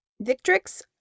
Victrix